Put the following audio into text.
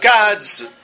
God's